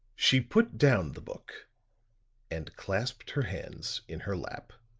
she put down the book and clasped her hands in her lap.